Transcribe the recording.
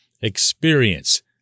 experience